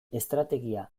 estrategia